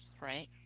right